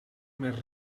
més